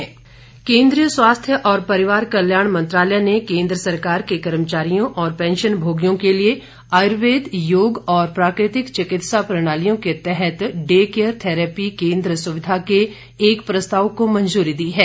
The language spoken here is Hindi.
डे थेरेपी केन्द्रीय स्वास्थ्य और परिवार कल्याण मंत्रालय ने केंद्र सरकार के कर्मचारियों और पेंशनभोगियों के लिए आयुर्वेद योग और प्राकृतिक चिकित्सा प्रणालियों के तहत डे केयर थेरेपी केन्द्र सुविधा के एक प्रस्ताव को मंजूरी दी है